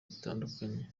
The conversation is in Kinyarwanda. bitandukanye